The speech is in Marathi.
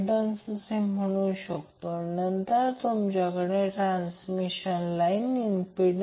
या प्रकरणात आपण Van नंतर c आणि नंतर b असे घेतले आहे जर हा phase sequence a c b असेल